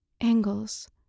angles